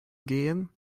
gehen